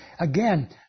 Again